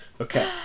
Okay